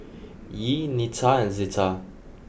Yee Neta and Zeta